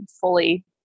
fully